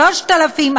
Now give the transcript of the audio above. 3,000,